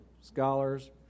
scholars